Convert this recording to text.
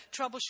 troubleshoot